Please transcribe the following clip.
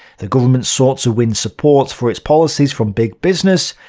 the government sought to win support for its policies from big business,